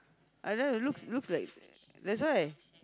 I don't know looks looks like that's why